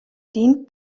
dient